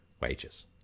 wages